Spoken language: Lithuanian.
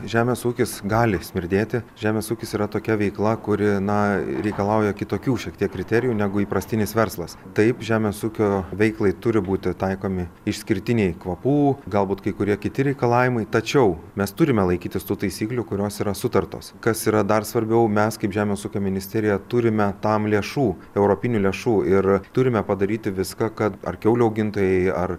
žemės ūkis gali smirdėti žemės ūkis yra tokia veikla kuri na reikalauja kitokių šiek tiek kriterijų negu įprastinis verslas taip žemės ūkio veiklai turi būti taikomi išskirtiniai kvapų galbūt kai kurie kiti reikalavimai tačiau mes turime laikytis tų taisyklių kurios yra sutartos kas yra dar svarbiau mes kaip žemės ūkio ministerija turime tam lėšų europinių lėšų ir turime padaryti viską kad ar kiaulių augintojai ar